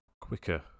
quicker